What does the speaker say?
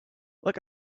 look